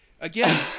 again